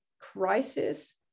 crisis